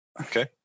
Okay